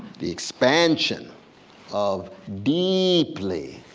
the expansion of deeply,